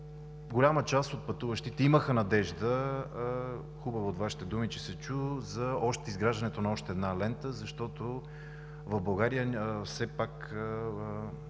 Голяма част от пътуващите имаха надежда, хубаво е, че от Вашите думи се чу за изграждането на още една лента, защото в България все пак